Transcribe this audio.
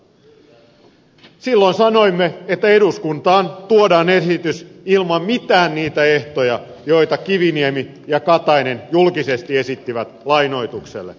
silloin sanoimme että eduskuntaan tuodaan esitys ilman mitään niitä ehtoja joita kiviniemi ja katainen julkisesti esittivät lainoitukselle